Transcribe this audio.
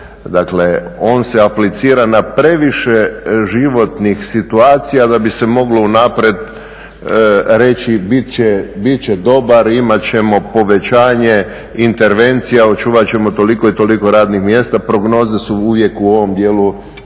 Dakle, on se aplicira na previše životnih situacija da bi se moglo unaprijed reći bit će dobar, imat ćemo povećanje intervencija, očuvat ćemo toliko i toliko radnih mjesta. Prognoze su uvijek u ovom dijelu nezahvalne